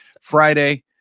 Friday